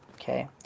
okay